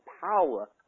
power